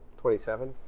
Twenty-seven